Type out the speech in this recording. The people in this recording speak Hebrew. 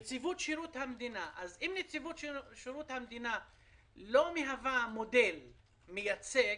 נציבות שירות המדינה לא מהווה מודל מייצג,